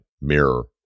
mirror